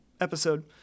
episode